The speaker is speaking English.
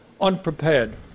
unprepared